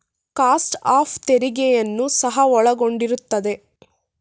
cost of ತೆರಿಗೆಯನ್ನು ಸಹ ಒಳಗೊಂಡಿರುತ್ತದೆ